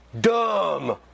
dumb